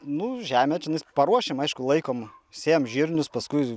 nu žemę čionais paruošiam aišku laikom sėjam žirnius paskui